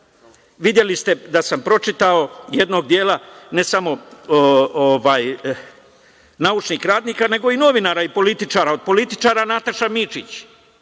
videli ste da sam pročitao jednog dela ne samo naučnih radnika, nego i novinara, i političara, od političara Nataša Mićić,